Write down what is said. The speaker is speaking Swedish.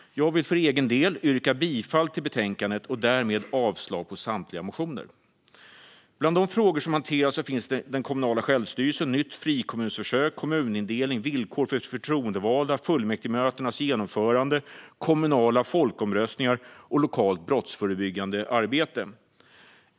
Jag vill för egen del yrka bifall till utskottets förslag och därmed avslag på samtliga motioner. Bland de frågor som hanteras finns den kommunala självstyrelsen, nytt frikommunsförsök, kommunindelning, villkor för förtroendevalda, fullmäktigemötenas genomförande, kommunala folkomröstningar och lokalt brottsförebyggande arbete.